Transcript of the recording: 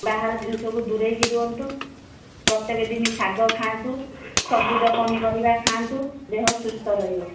ବାହାର ଜିନିଷକୁ ଦୂରେଇକି ରୁହନ୍ତୁ ପ୍ରତ୍ୟେକ ଦିନ ଶାଗ ଖାଆନ୍ତୁ ସବୁଜ ପନିପରିବା ଖାଆନ୍ତୁ ଦେହ ସୁସ୍ଥ ରହିବ